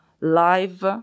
live